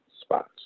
spots